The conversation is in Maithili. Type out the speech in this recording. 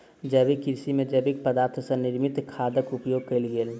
जैविक कृषि में जैविक पदार्थ सॅ निर्मित खादक उपयोग कयल गेल